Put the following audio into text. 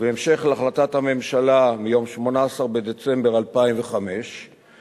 ובהמשך להחלטת הממשלה מיום 18 בדצמבר 2005 בנושא